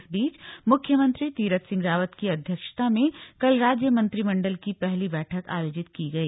इस बीच मुख्यमंत्री तीरथ सिंह रावत की अध्यक्षता में कल राज्य मंत्रिमंडल की पहली बैठक आयोजित की गई